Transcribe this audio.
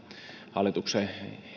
hallituksen